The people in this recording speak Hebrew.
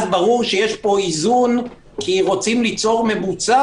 ברור שיש איזון, כי רוצים ליצור ממוצע.